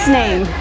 name